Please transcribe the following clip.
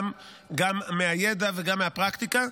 גם מהידע וגם מהפרקטיקה,